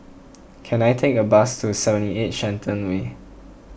can I take a bus to seventy eight Shenton Way